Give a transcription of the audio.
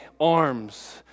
arms